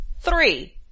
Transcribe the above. Three